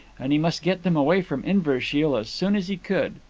and he must get them away from inverashiel as soon as he could.